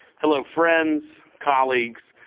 hello friends, colleagues,